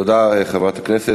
תודה, חברת הכנסת.